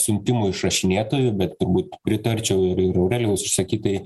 siuntimų išrašinėtoju bet turbūt pritarčiau ir ir aurelijaus išsakytai